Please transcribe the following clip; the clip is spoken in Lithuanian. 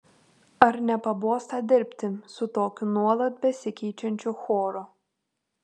ar nepabosta dirbti su tokiu nuolat besikeičiančiu choru